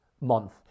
month